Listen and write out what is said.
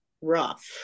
rough